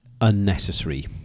unnecessary